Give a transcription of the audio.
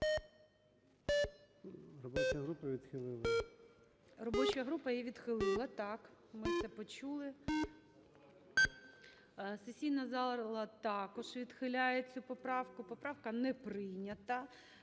Робоча група відхилила.